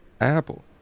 apple